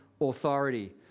authority